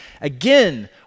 Again